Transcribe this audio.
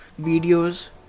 videos